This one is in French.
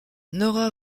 nora